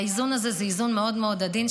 האיזון הזה זה איזון מאוד מאוד עדין,